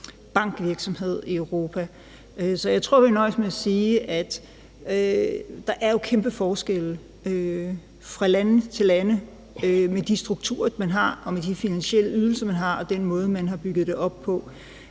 bankvirksomhed i Europa. Så jeg tror, jeg vil nøjes med at sige, at der jo er kæmpe forskelle fra land til land i forhold til de strukturer, man har, og de finansielle ydelser, man har, og den måde, man har bygget det op på.